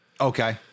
okay